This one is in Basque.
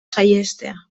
saihestea